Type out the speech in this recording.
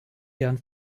gern